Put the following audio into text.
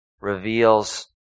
reveals